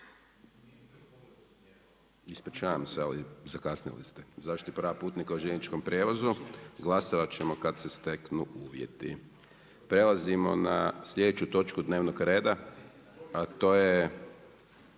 Ispričavam se, ali zakasnili ste. Zaštiti prava putnika u željezničkom prijevozu. Glasovat ćemo kad se steknu uvjeti. **Jandroković, Gordan (HDZ)**